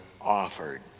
offered